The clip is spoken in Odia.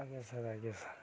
ଆଜ୍ଞା ସାର୍ ଆଜ୍ଞା ସାର୍